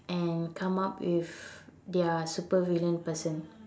and come up with their supervillain person